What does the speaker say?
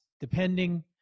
depending